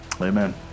Amen